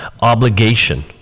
obligation